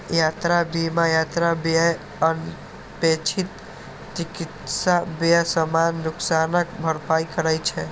यात्रा बीमा यात्रा व्यय, अनपेक्षित चिकित्सा व्यय, सामान नुकसानक भरपाई करै छै